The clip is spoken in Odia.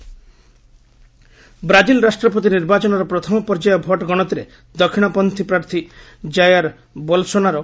ବ୍ରାଜିଲ କାଉଣ୍ଟିଂ ବ୍ରାଜିଲ ରାଷ୍ଟ୍ରପତି ନିର୍ବାଚନର ପ୍ରଥମ ପର୍ଯ୍ୟାୟ ଭୋଟ ଗଣତିରେ ଦକ୍ଷିଣ ପନ୍ତୁୀ ପ୍ରାର୍ଥୀ ଜାୟାର ବୋଲସୋନାରେ